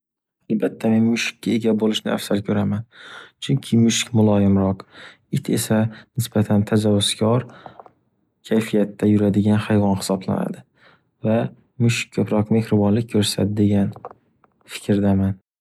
Albatta men mushukka ega bo’lishni afzal ko’raman. Chunki mushuk muloyimroq. It esa nishatan tajovuzkor kayfiyatda yuradigan hayvon hisoblanadi va mushuk ko’proq mehribonlik ko’rsatadi degan fikrdaman.